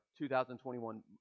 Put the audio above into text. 2021